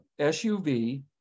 SUV